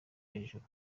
hejuru